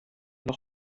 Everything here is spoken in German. noch